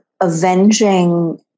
avenging